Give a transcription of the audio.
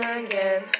again